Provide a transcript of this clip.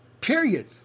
Period